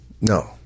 no